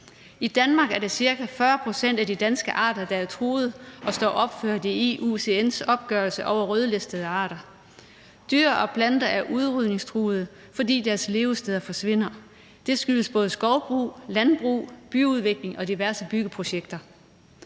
I Danmark er det ca. 40 pct. af de danske arter, der er truede og står opført i IUCN's opgørelse over rødlistede arter. Dyr og planter er udrydningstruede, fordi deres levesteder forsvinder. Det skyldes både skovbrug, landbrug, byudvikling og diverse byggeprojekter.